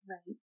Right